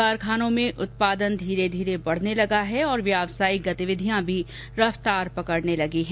कारखानों में उत्पादन धीरे धीरे बढने लगा है और व्यावसाथिक गतिविधियां भी रफ़तार पकड़ने लगी है